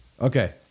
Okay